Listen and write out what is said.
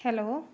hello